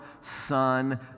son